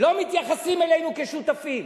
לא מתייחסים אלינו כשותפים,